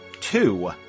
Two